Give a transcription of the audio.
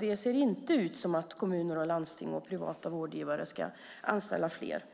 Det ser inte ut som om kommuner och landsting och privata vårdgivare kommer att anställa fler.